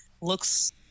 looks